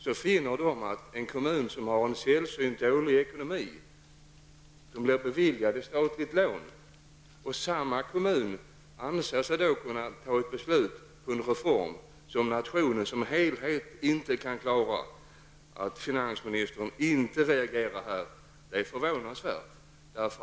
De finner nu att en kommun med en sällsynt dålig ekonomi beviljats ett statligt lån och att samma kommun anser sig kunna besluta om en reform som nationen som helhet inte kan klara. Att finansministern inte reagerar mot detta är förvånansvärt.